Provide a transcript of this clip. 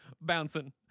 bouncing